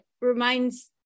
reminds